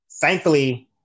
thankfully